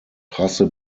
trasse